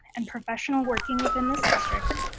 and professional working within this district,